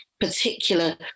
particular